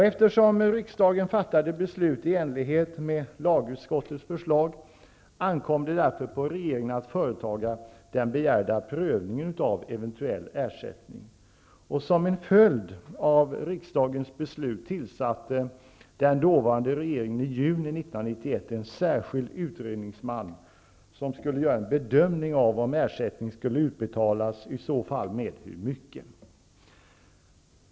Eftersom riksdagen fattade beslut i enlighet med lagutskottets förslag, ankom det på regeringen att företa den begärda prövningen av eventuell ersättning. Som en följd av riksdagens beslut tillsatte den dåvarande regeringen i juni 1991 en särskild utredningsman, som skulle göra en bedömning av om ersättning skulle utbetalas och i så fall med hur mycket.